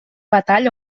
batall